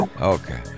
okay